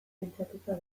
pentsatuta